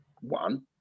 one